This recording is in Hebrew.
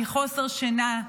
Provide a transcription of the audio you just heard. מחוסר שינה,